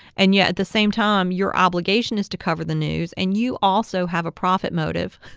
and yet, at the same time, your obligation is to cover the news, and you also have a profit motive.